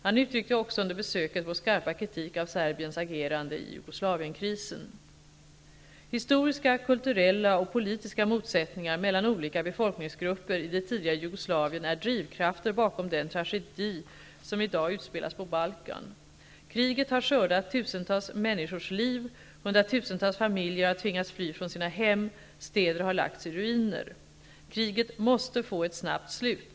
Han uttryckte också under besöket vår skarpa kritik av Serbiens agerande i Historiska, kulturella och politiska motsättningar mellan olika befolkningsgrupper i det tidigare Jugoslavien är drivkrafter bakom den tragedi som i dag utspelas på Balkan. Kriget har skördat tusentals människors liv, hundratusentals familjer har tvingats fly från sina hem, och städer har lagts i ruiner. Kriget måste få ett snabbt slut.